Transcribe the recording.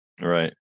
Right